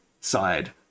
side